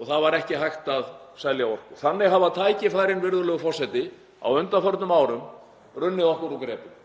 og það var ekki hægt að selja orku. Þannig hafa tækifærin, virðulegur forseti, á undanförnum árum runnið okkur úr greipum.